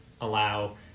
allow